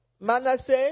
Manasseh